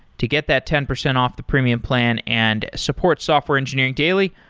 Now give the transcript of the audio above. to get that ten percent off the premium plan and support software engineering daily,